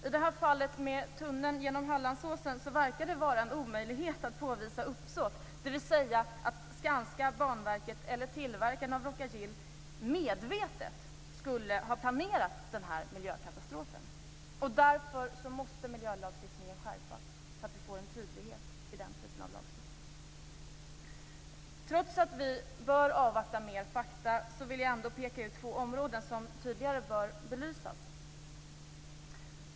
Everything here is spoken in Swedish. I fallet med tunneln genom Hallandsåsen verkar det vara en omöjlighet att påvisa uppsåt, dvs. att Skanska, Banverket eller tillverkaren av Rhoca-Gil medvetet skulle ha planerat den här miljökatastrofen. Därför måste miljölagstiftningen skärpas så att vi får en tydlighet när det gäller denna typ av frågor. Trots att vi bör avvakta mer fakta, vill jag ändå peka ut två områden som tydligare bör belysas.